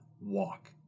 walk